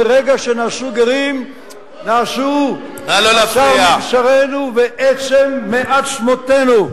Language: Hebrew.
מרגע שנעשו גרים נעשו בשר מבשרנו ועצם מעצמותינו.